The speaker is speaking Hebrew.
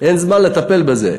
אין זמן לטפל בזה.